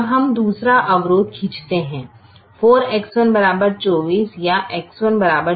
अब हम दूसरा अवरोध खींचते हैं 4X1 24 या X1 6